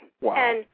Wow